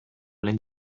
lehen